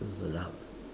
so sedap